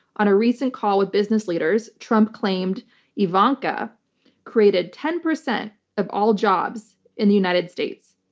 on a recent call with business leaders, trump claimed ivanka created ten percent of all jobs in the united states.